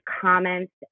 comments